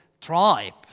tribe